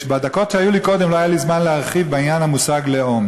בדקות שהיו לי קודם לא היה זמן להרחיב בעניין המושג לאום.